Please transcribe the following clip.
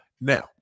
Now